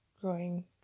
growing